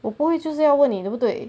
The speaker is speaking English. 我不会就是要问你对不对